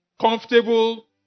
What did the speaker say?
comfortable